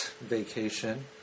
vacation